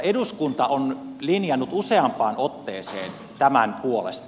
eduskunta on linjannut useampaan otteeseen tämän puolesta